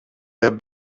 have